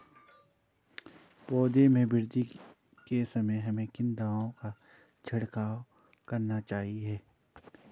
पौधों में वृद्धि के समय हमें किन दावों का छिड़काव करना चाहिए?